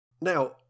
Now